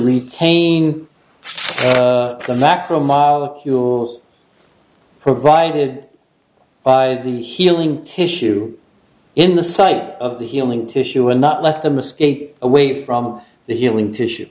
retain the macromolecules provided by the healing tissue in the sight of the healing tissue and not let them escape away from the human tissue